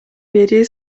бери